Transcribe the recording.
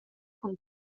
cun